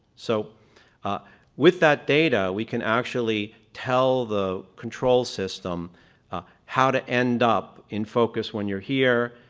so with that data, we can actually tell the control system how to end up in focus when you're here,